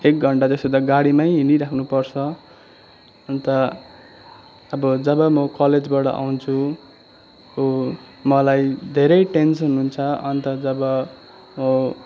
एक घन्टा जस्तो त गाडीमै हिँडिराख्नुपर्छ अन्त अब म जब कलेजबाट आउँछु हो मलाई धेरै टेन्सन हुन्छ अन्त जब हो